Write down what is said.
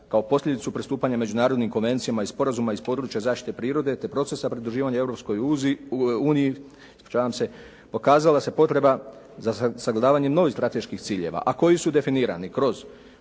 kao posljedicu pristupanja međunarodnim konvencijama iz sporazuma iz područja zaštite prirode te procesa pridruživanja Europskoj uniji pokazala se potreba za sagledavanjem novih strateških ciljeva a koji su definirani kroz